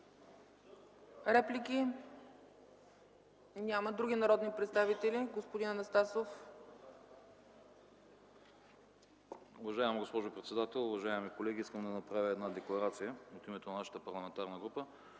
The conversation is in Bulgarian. Реплики? Няма. Други народни представители? Господин Анастасов. ГЕОРГИ АНАСТАСОВ (ГЕРБ): Уважаема госпожо председател, уважаеми колеги! Искам да направя декларация от името на нашата парламентарна група.